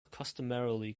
customarily